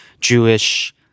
Jewish